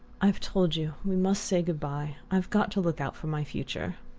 i've told you we must say good-bye. i've got to look out for my future.